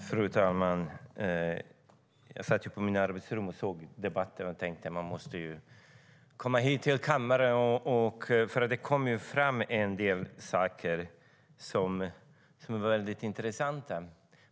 Fru talman! Jag satt på mitt arbetsrum och såg debatten och tänkte: Jag måste komma hit till kammaren, för det kom fram en del saker som jag tycker var intressanta.